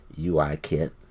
UIKit